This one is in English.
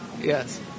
yes